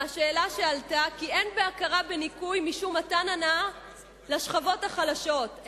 מהשאלה שעלתה כי אין בהכרה בניכוי משום מתן הנאה לשכבות החלשות,